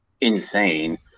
insane